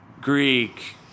Greek